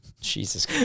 Jesus